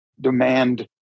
demand